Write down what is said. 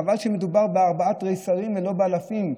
חבל שמדובר בארבעה תריסרים ולא באלפים,